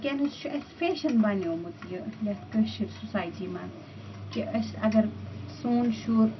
وٕنۍکٮ۪نس چھُ اَسہِ فٮ۪شن بنیومُت یہِ یَتھ کٲشٕر سُسایٹی منٛز کہِ أسۍ اگر سون شُر